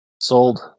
Sold